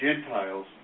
Gentiles